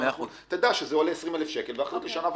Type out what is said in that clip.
תדע שזה עולה 20,000 שקל ואחת לשנה וחצי.